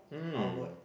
hmm